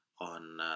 on